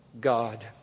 God